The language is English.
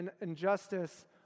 injustice